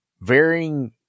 varying